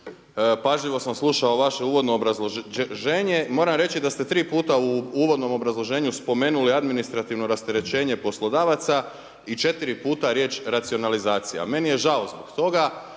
pažljivo sam slušao vaše uvodno obrazloženje, moram reći da ste tri puta u uvodnom obrazloženju spomenuli administrativno rasterećenje poslodavaca i četiri puta riječ racionalizacija. Meni je žao zbog toga